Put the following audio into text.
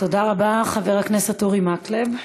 חבר הכנסת אורי מקלב.